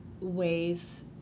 ways